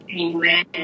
Amen